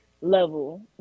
level